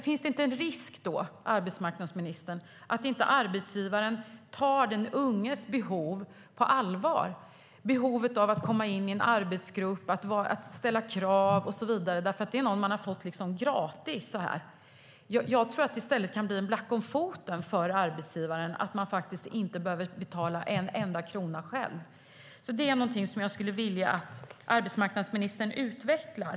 Finns det inte en risk då, arbetsmarknadsministern, att arbetsgivaren inte tar den unges behov av att komma in i en arbetsgrupp, ställa krav och så vidare på allvar därför att det är någon man har fått gratis? Jag tror att det kan bli en black om foten för arbetsgivaren att man inte behöver betala en enda krona själv. Det skulle jag vilja att arbetsmarknadsministern utvecklar.